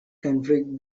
conflict